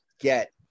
get